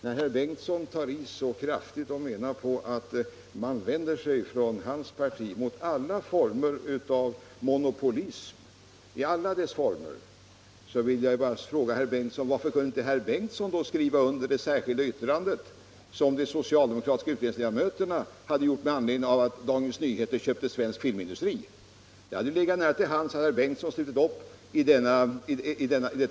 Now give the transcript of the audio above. När herr Bengtson slutligen tar i så kraftigt och menar, att hans parti vänder sig mot monopolism i alla dess former vill jag fråga herr Bengtson: Varför kunde inte då herr Bengtson skriva på det särskilda yttrande som de socialdemokratiska utredningsledamöterna avgav med anledning av att Dagens Nyheter köpte Svensk Filmindustri? Det hade legat nära till hands att herr Bengtson hade anslutit sig till vår uppfattning om detta köp.